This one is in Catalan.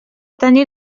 tenir